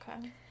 Okay